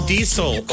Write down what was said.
Diesel